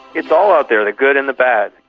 it's all out there, the good and the bad.